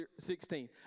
16